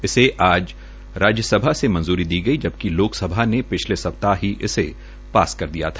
इसे आज राज्य सभा से मंजूरी दी गई जबकि लोकसभा ने पिछले सप्ताह ही इसे पास कर दिया था